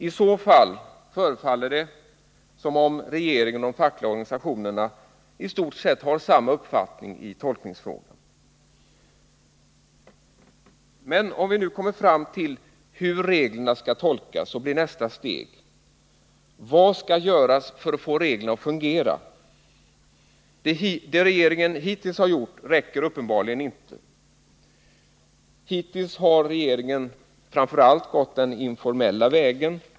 I så fall förefaller det som om regeringen och de fackliga organisationerna i stort sett har samma uppfattning i tolkningsfrågan. Men om vi nu kommer fram till hur reglerna skall tolkas blir nästa fråga: Vad skall göras för att få reglerna att fungera? Vad regeringen har gjort tills nu räcker uppenbarligen inte. Hittills har regeringen framför allt gått den informella vägen.